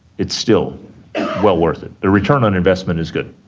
it's still well worth it. the return on investment is good.